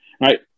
right